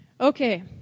Okay